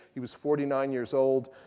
he was forty nine years old.